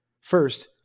First